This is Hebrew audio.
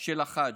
של החאג'